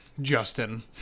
Justin